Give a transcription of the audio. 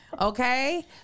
Okay